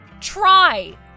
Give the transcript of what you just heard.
Try